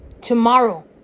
tomorrow